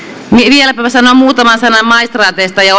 vielä sanon muutaman sanan maistraateista ja ja